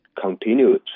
continued